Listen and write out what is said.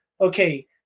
okay